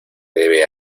debe